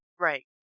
right